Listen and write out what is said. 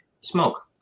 smoke